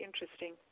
interesting